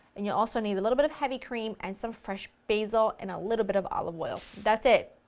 and you'll also need a little bit of heavy cream and some fresh basil and a little bit of olive oil. that's it.